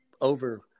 over